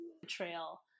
betrayal